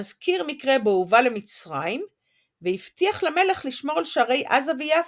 מזכיר מקרה בו הובא למצרים והבטיח למלך לשמור על שערי עזה ויפו,